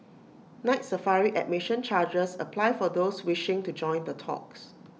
Night Safari admission charges apply for those wishing to join the talks